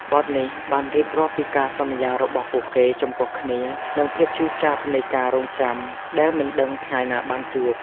បទនេះបានរៀបរាប់ពីការសន្យារបស់ពួកគេចំពោះគ្នានិងភាពឈឺចាប់នៃការរង់ចាំដែលមិនដឹងថ្ងៃណាបានជួប។